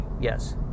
Yes